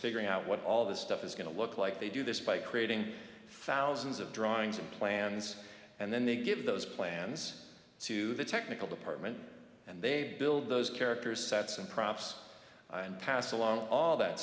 figuring out what all this stuff is going to look like they do this by creating thousand of drawings and plans and then they give those plans to the technical department and they build those characters sets and props and pass along all that